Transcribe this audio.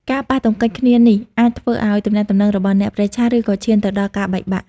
ការប៉ះទង្គិចគ្នានេះអាចធ្វើឲ្យទំនាក់ទំនងរបស់អ្នកប្រេះឆា ឬក៏ឈានទៅដល់ការបែកបាក់។